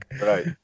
right